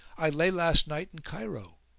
i lay last night in cairo.